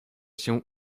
się